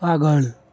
આગળ